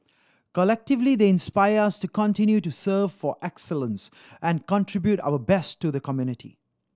collectively they inspire us to continue to serve for excellence and contribute our best to the community